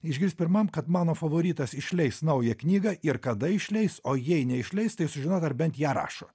išgirs pirmam kad mano favoritas išleis naują knygą ir kada išleis o jei neišleis tai sužinot ar bent ją rašo